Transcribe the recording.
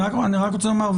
אני רק רוצה לומר,